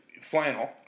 flannel